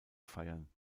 feiern